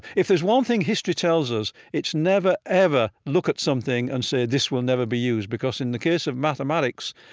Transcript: if there's one thing history tells us, it's never, ever look at something and say this will never be used because in the case of mathematics,